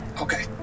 Okay